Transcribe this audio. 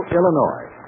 Illinois